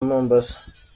mombasa